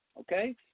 okay